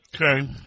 Okay